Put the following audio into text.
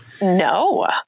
No